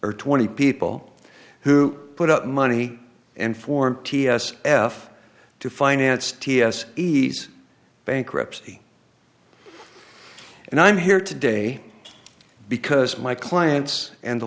or twenty people who put up money and form t s f two finance ts ees bankruptcy and i'm here today because my clients and the